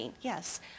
yes